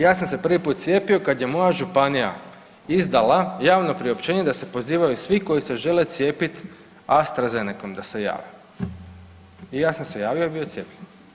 Ja sa se prvi put cijepio kada je moja županija izdala javno priopćenje da se pozivaju svi koji se žele cijepiti Astrazenecom da se jave i ja sam se javo i bio cijepljen.